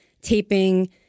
taping